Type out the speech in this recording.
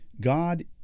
God